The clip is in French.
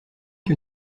que